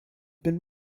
been